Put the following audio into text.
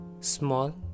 Small